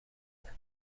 مونه